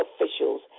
officials